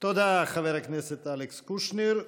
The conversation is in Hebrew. תודה, חבר הכנסת אלכס קושניר.